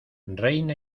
reina